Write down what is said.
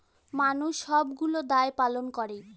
মানুষ সবগুলো দায় পালন করে